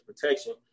protection